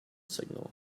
signal